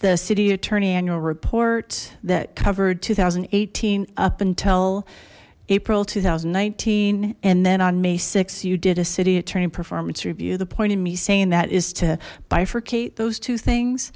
the city attorney annual report that covered two thousand and eighteen up until april two thousand and nineteen and then on may six you did a city attorney performance review the point of me saying that is to bifurcate those two things